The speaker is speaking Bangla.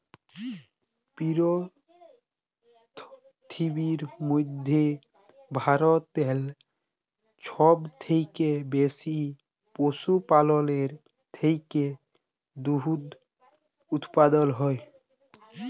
পিরথিবীর মইধ্যে ভারতেল্লে ছব থ্যাইকে বেশি পশুপাললের থ্যাইকে দুহুদ উৎপাদল হ্যয়